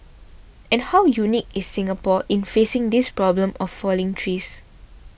and how unique is Singapore in facing this problem of falling trees